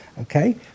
Okay